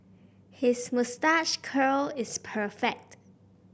his moustache curl is perfect